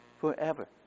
forever